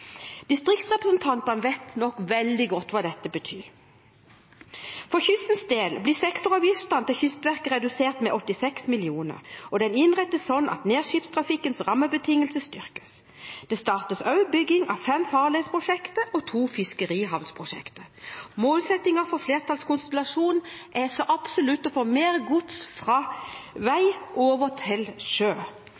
Distriktsrepresentantene vet nok veldig godt hva dette betyr. For kystens del blir sektoravgiftene til Kystverket redusert med 86 mill. kr. Den innrettes slik at nærskipstrafikkens rammebetingelser styrkes. Det startes også bygging av fem farledsprosjekter og to fiskerihavnprosjekter. Målsettingen for flertallskonstellasjonen er så absolutt å få mer gods fra vei over til sjø.